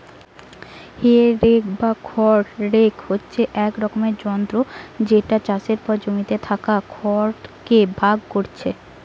হে rake বা খড় rake হচ্ছে এক রকমের যন্ত্র যেটা চাষের পর জমিতে থাকা খড় কে ভাগ কোরছে